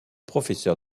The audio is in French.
professeur